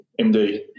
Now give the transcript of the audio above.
MD